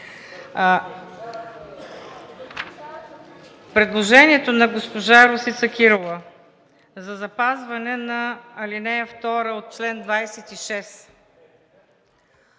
Предложението на госпожа Росица Кирова за запазване на ал. 2 от чл. 26.